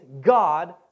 God